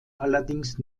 allerdings